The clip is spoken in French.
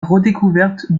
redécouverte